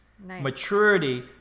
maturity